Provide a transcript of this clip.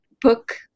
book